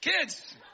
Kids